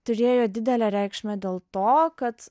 turėjo didelę reikšmę dėl to kad